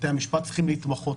בתי המשפט צריכים להתמחות,